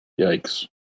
Yikes